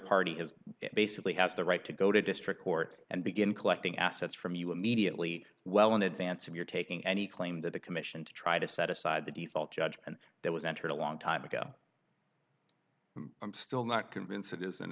party is basically has the right to go to a district court and begin collecting assets from you immediately well in advance of your taking any claim that the commission to try to set aside the default judge and that was entered a long time ago i'm still not convinced it